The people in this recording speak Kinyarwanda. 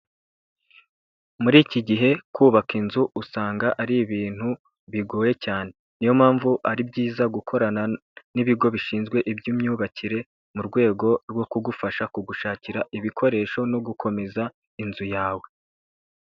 Muri iki gihe kubaka inzu usanga ari ibintu bigoye cyane, ni yo mpamvu ari byiza gukorana n'ibigo bishinzwe iby'imimyubakire, mu rwego rwo kugufasha kugushakira ibikoresho no gukomeza inzu yawe.